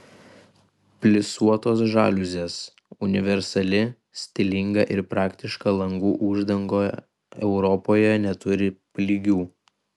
plisuotos žaliuzės universali stilinga ir praktiška langų uždanga europoje neturi lygių